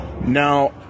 Now